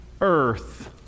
earth